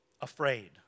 afraid